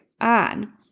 on